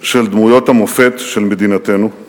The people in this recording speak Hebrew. של דמויות המופת של מדינתנו.